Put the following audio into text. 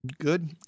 Good